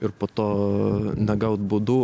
ir po to negaut baudų